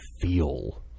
feel